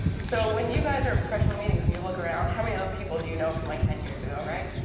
so when you guys are at professional meetings and you look around, how many of those people do you know from, like, ten years ago, right?